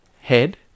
head